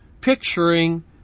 picturing